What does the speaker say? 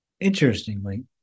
Interestingly